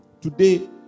Today